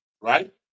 right